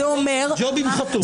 הג'ובים חתומים.